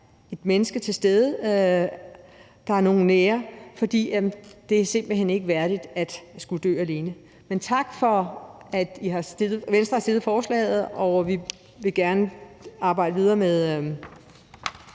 et menneske til stede, at der er nogle nære til stede, for det er simpelt hen ikke værdigt at skulle dø alene. Men tak til Venstre for at have fremsat forslaget, og vi vil gerne arbejde videre med